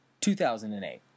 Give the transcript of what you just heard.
2008